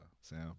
Sam